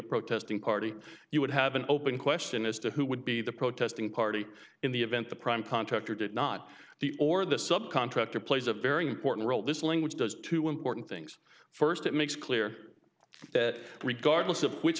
protesting party you would have an open question as to who would be the protesting party in the event the prime contractor did not the or the subcontractor plays a very important role this language does two important things first it makes clear that regardless of which